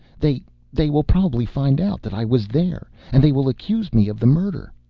they they will probably find out that i was there, and they will accuse me of the murder.